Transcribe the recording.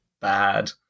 bad